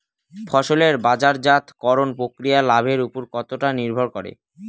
ফসলের বাজারজাত করণ প্রক্রিয়া লাভের উপর কতটা নির্ভর করে?